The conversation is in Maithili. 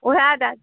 ओहए दए